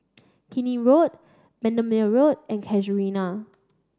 Keene Road Bendemeer Road and Casuarina